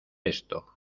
esto